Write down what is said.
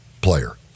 player